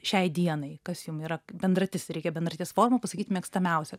šiai dienai kas jum yra bendratis reikia bendraties forma pasakyt mėgstamiausią